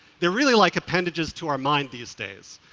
they're really like appendages to our minds these days.